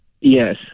Yes